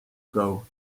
ago